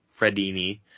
Fredini